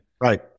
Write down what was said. Right